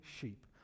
sheep